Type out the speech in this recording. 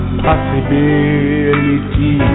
possibility